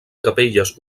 capelles